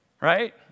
Right